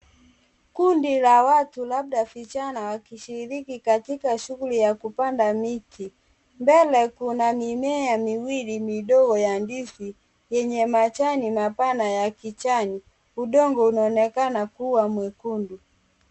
Kundi la watu labda vijana, wakishiriki katika shughuli ya kupanda miti. Mbele kuna mimea miwili midogo ya ndizi yenye majani mapana ya kijani. Udongo unaonekana kuwa mwekundu.